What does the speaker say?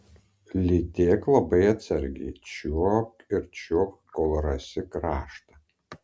lytėk labai atsargiai čiuopk ir čiuopk kol rasi kraštą